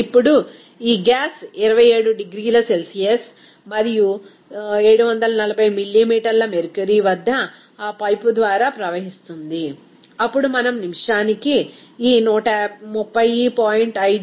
ఇప్పుడు ఈ గ్యాస్ 27 డిగ్రీల సెల్సియస్ మరియు 740 మిల్లీమీటర్ల మెర్క్యురీ వద్ద ఆ పైపు ద్వారా ప్రవహిస్తుంది అప్పుడు మనం నిమిషానికి ఈ 130